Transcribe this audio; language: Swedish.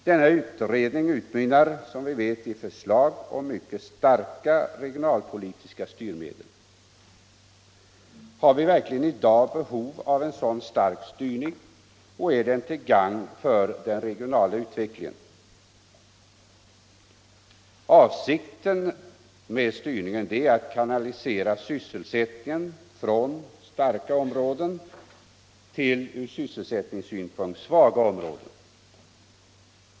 Denna utredning utmynnar i förslag om mycket starka regionalpolitiska styrmedel. Har vi i dag verkligen behov av en sådan stark styrning och är den till gagn för den regionala utvecklingen? Avsikten med styrningen är att kanalisera sysselsättningen från starka områden till svaga områden.